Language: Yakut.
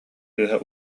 кыыһа